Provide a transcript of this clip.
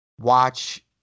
watch